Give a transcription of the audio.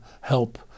help